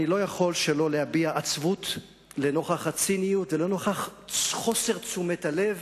אני לא יכול שלא להביע עצבות לנוכח הציניות ולנוכח חוסר תשומת הלב